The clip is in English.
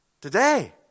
today